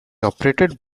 operated